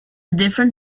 different